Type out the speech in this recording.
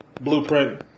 Blueprint